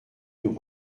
nous